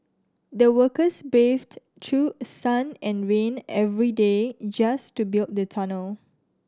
the workers braved through sun and rain every day just to build the tunnel